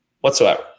whatsoever